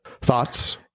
thoughts